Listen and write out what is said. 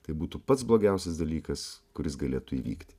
tai būtų pats blogiausias dalykas kuris galėtų įvykti